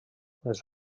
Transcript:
les